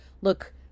look